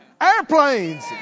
Airplanes